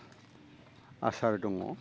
आसार दङ